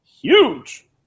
Huge